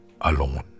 alone